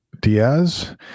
Diaz